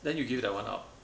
then you give that one up